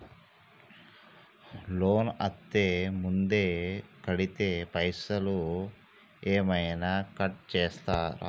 Loan అత్తే ముందే కడితే పైసలు ఏమైనా కట్ చేస్తరా?